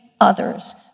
others